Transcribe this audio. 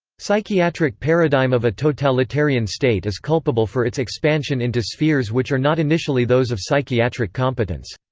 psychiatric paradigm of a totalitarian state is culpable for its expansion into spheres which are not initially those of psychiatric competence.